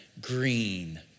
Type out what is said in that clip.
green